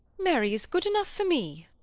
mary is good enough for me,